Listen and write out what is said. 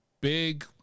big